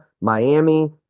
Miami